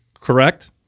correct